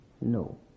No